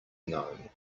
gnome